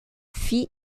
fit